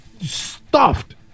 stuffed